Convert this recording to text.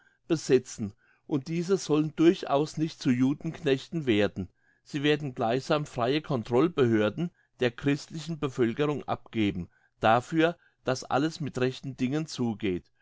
besetzen und diese sollen durchaus nicht zu judenknechten werden sie werden gleichsam freie controlsbehörden der christlichen bevölkerung abgeben dafür dass alles mit rechten dingen zugeht